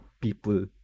people